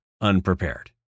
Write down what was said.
unprepared